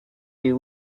you